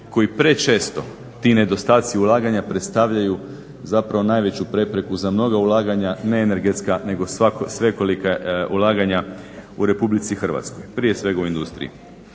kojem prečesto ti nedostaci ulaganja predstavljaju zapravo najveću prepreku za mnoga ulaganja, ne energetska nego svekolika ulaganja u Republici Hrvatskoj, prije svega u industriji.